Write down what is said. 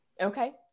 Okay